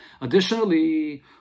additionally